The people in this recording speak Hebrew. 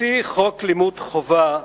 לפי חוק לימוד חובה,